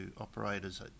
operators